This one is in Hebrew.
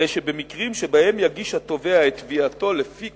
הרי במקרים שבהם יגיש התובע את תביעתו לפי